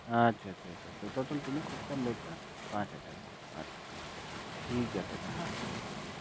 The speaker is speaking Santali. ᱟᱪᱪᱷᱟ ᱟᱪᱪᱷᱟ ᱟᱪᱪᱷᱟ ᱟᱪᱪᱷᱟ ᱴᱳᱴᱟᱞ ᱛᱤᱱᱟᱹᱜ ᱠᱷᱚᱨᱪᱟᱢ ᱞᱟᱹᱭ ᱠᱮᱜᱼᱟ ᱯᱟᱸᱪ ᱦᱟᱡᱟᱨ ᱵᱟᱝ ᱟᱪᱪᱷᱟ ᱴᱷᱤᱠ ᱜᱮᱭᱟ ᱛᱚᱵᱮ ᱦᱮᱸ ᱟᱹᱰᱤ ᱥᱟᱨᱦᱟᱣ